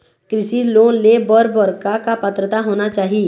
कृषि लोन ले बर बर का का पात्रता होना चाही?